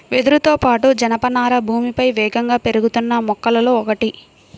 వెదురుతో పాటు, జనపనార భూమిపై వేగంగా పెరుగుతున్న మొక్కలలో ఒకటి